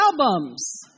albums